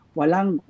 walang